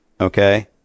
okay